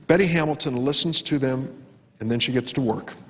but hamilton listens to them and then she gets to work,